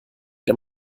der